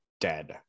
dead